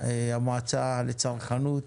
המועצה לצרכנות,